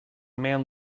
man